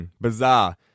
bizarre